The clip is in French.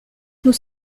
nous